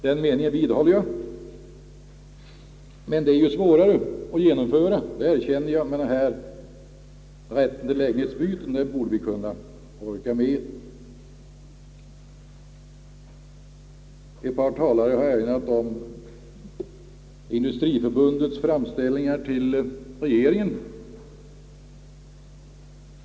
Den meningen vidhåller jag. Det är svårare att genomföra det, det erkänner jag, men rätten till lägenhetsbyte borde vi kunna orka med. Ett par talare har erinrat om industriförbundets framställningar till regeringen.